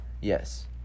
yes